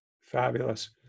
Fabulous